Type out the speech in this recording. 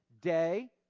Day